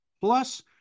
plus